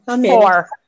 four